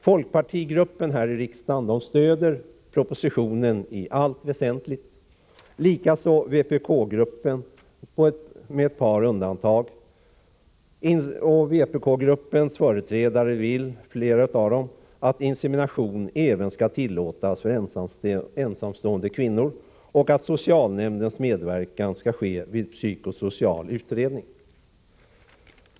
Riksdagens folkpartigrupp stödjer propositionen i allt väsentligt. Med ett par undantag stöds den även av företrädarna för vpk-gruppen. Flera personer i vpk-gruppen vill att insemination även skall tillåtas för ensamstående kvinnor och att socialnämnden skall medverka vid psyko-sociala utredningar.